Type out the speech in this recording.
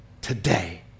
today